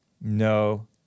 No